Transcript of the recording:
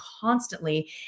constantly